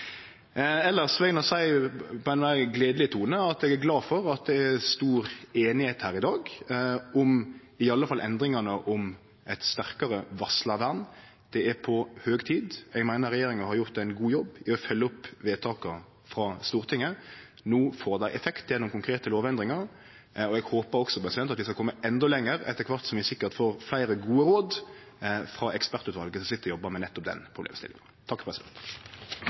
gledeleg tone, at eg er glad for at det er stor einigheit her i dag om iallfall endringane som gjeld eit sterkare varslarvern. Det er på høg tid. Eg meiner regjeringa har gjort ein god jobb med å følgje opp vedtaka frå Stortinget. No får dei effekt gjennom konkrete lovendringar, og eg håpar også at vi skal kome endå lenger etter kvart som vi sikkert får fleire gode råd frå ekspertutvalet som sit og jobbar med nettopp den problemstillinga.